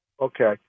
Okay